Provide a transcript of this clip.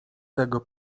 tego